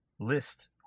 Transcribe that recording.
list